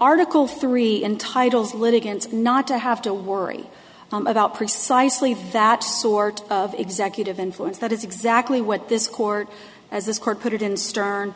article three entitles litigants not to have to worry about precisely that sort of executive influence that is exactly what this court as this court put it in stern